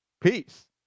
peace